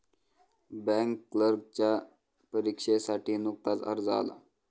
bank क्लर्कच्या परीक्षेसाठी नुकताच अर्ज आला